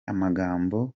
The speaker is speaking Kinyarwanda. amagambo